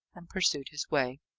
and pursued his way.